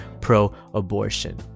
pro-abortion